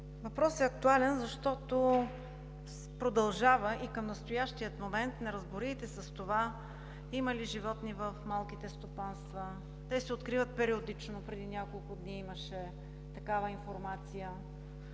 Въпросът е актуален, защото и към настоящия момент продължават неразбориите с това има ли животни в малките стопанства. Те се откриват периодично. Преди няколко дни имаше такава информация